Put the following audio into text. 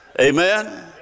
Amen